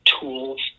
tools